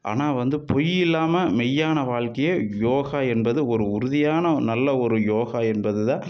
ஆனால் வந்து பொய் இல்லாமல் மெய்யான வாழ்க்கை யோகா என்பது ஒரு உறுதியான நல்ல ஒரு யோகா என்பதுதான்